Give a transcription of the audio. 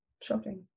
shocking